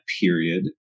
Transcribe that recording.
period